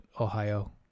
Ohio